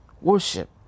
Worship